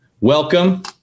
welcome